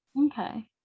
Okay